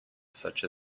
such